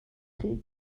chi